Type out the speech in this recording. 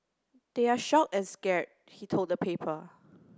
they're shocked and scared he told the paper